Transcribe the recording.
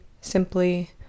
simply